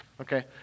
okay